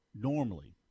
Normally